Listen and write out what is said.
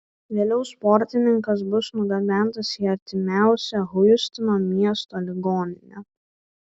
vėliau sportininkas bus nugabentas į artimiausią hjustono miesto ligoninę